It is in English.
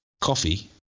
coffee